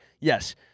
Yes